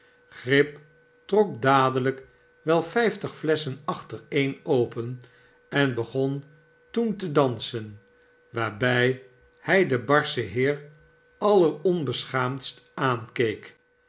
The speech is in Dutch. grip trok dadelijk wel vijftig flesschen achtereen open en begon toen te dansen waarbij hij den barschen heer alleronbeschaamdst aankeek